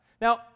Now